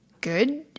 good